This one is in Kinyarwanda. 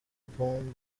pombe